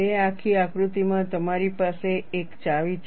તે આખી આકૃતિમાં તમારી પાસે એક ચાવી છે